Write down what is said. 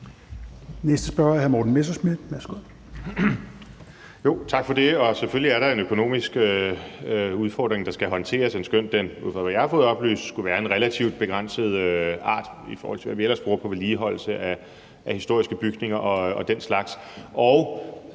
næste spørger er hr. Morten Messerschmidt.